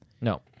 No